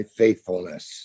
faithfulness